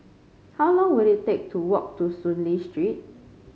how long will it take to walk to Soon Lee Street